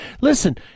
listen